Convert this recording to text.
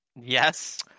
Yes